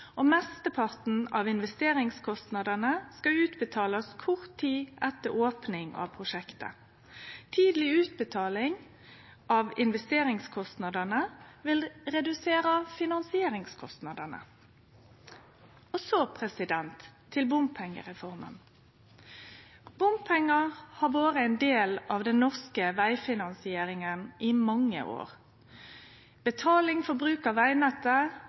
og mesteparten av investeringskostnadene skal utbetalast kort tid etter opninga av prosjektet. Tidleg utbetaling av investeringskostnadene vil redusere finansieringskostnadene. Så til bompengereforma: Bompengar har vore ein del av den norske vegfinansieringa i mange år. Betaling for bruk av vegnettet,